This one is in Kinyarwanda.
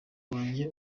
wanjye